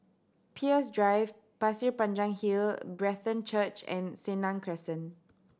Peirce Drive Pasir Panjang Hill Brethren Church and Senang Crescent